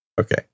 Okay